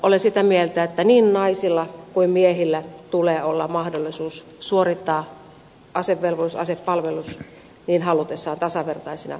olen sitä mieltä että niin naisilla kuin miehillä tulee olla mahdollisuus suorittaa asevelvollisuus asepalvelus niin halutessaan tasavertaisina sukupuoleen katsomatta